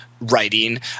writing